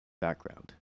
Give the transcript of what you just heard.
background